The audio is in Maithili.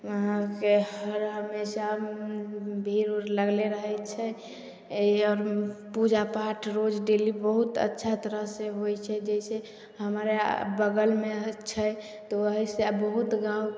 वहाँके हर हमेशा भीड़ उड़ लगले रहै छै आओर पूजा पाठ रोज डेली बहुत अच्छा तरहसे होइ छै जइसे हमरा बगलमे छै तऽ ओहिसे आब बहुत गाम